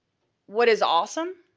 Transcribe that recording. what is awesome,